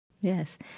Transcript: Yes